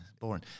Boring